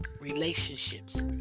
relationships